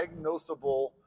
diagnosable